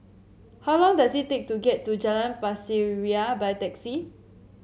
how long does it take to get to Jalan Pasir Ria by taxi